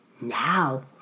now